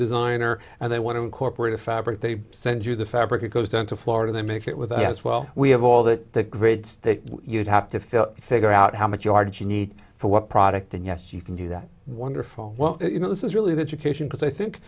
designer and they want to incorporate a fabric they send you the fabric it goes down to florida they make it with you as well we have all the grades you'd have to fill figure out how much yard you need for what product and yes you can do that wonderful well you know this is really the education because i think